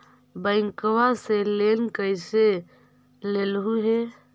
बैंकवा से लेन कैसे लेलहू हे?